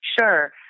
Sure